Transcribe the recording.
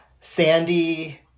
Sandy